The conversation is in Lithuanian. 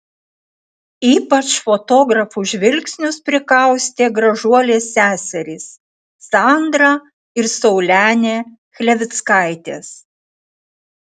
ypač fotografų žvilgsnius prikaustė gražuolės seserys sandra ir saulenė chlevickaitės